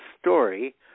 story